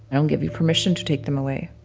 i don't give you permission to take them away.